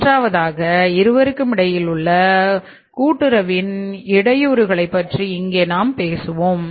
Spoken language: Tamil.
மூன்றாவதாக இருவருக்குமிடையில் உள்ள கூட்டுறவின் இடையூறுகளைப் பற்றி இங்கே நாம் பேசுவோம்